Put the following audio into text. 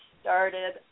started